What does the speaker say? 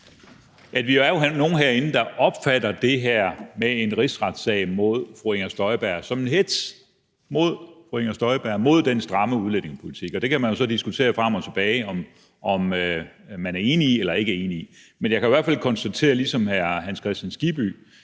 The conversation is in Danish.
at vi jo er nogle herinde, der opfatter det her med en rigsretssag mod fru Inger Støjberg som en hetz mod fru Inger Støjberg og mod den stramme udlændingepolitik. Og det kan man jo så diskutere frem og tilbage om man er enig i eller ikke er enig i. Men jeg kan i hvert fald konstatere ligesom hr. Hans Kristian Skibby,